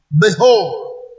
Behold